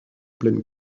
pleine